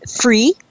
free